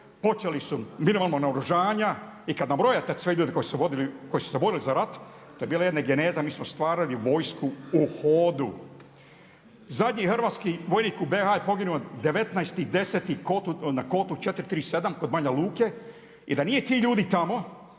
počeli su mirovna naoružanja, i kad nabrojite sve ljude koji su se borili za rat, to je bila jedna geneza, mi smo stvarali vojsku u hodu. Zadnji hrvatski vojnik u BiH-u je poginuo 19.10. na kotu 437 kod Banja Luke i da nije tih ljudi tamo,